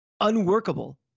unworkable